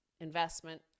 investment